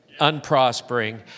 unprospering